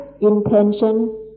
intention